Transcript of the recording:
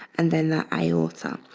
and then the aorta.